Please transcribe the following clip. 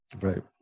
Right